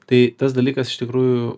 tai tas dalykas iš tikrųjų